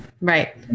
Right